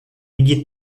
milliers